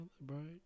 right